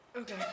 Okay